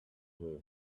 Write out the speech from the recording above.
her